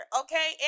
okay